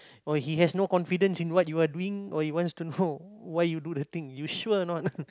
or he has no confidence in what you are doing or he wants to know why you do the thing you sure or not